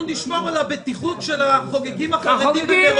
אנחנו נשמור על הבטיחות של החוגגים החרדים.